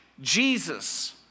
Jesus